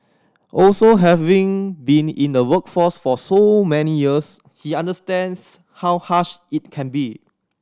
also having been in the workforce for so many years he understands how harsh it can be